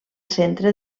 centre